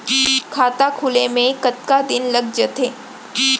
खाता खुले में कतका दिन लग जथे?